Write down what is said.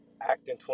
acting